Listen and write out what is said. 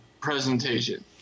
presentation